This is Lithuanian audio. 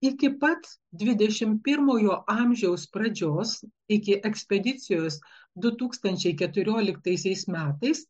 iki pat dvidešimt pirmojo amžiaus pradžios iki ekspedicijos du tūkstančiai keturioliktaisiais metais